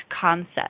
concept